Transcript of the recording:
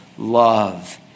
Love